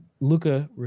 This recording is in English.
Luca